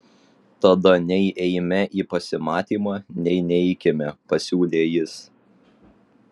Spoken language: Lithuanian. tada nei eime į pasimatymą nei neikime pasiūlė jis